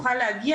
בסוף כולכם פה,